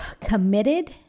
committed